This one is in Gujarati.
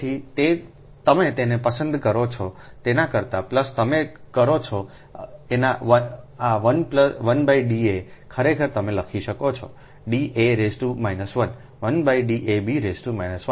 તેથી તમે તેને પસંદ કરો છો તેના કરતા તમે કરો છો અને આ 1 D a ખરેખર તમે લખી શકો છોD a a 1 1 D ab 1